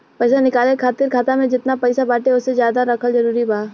पईसा निकाले खातिर खाता मे जेतना पईसा बाटे ओसे ज्यादा रखल जरूरी बा?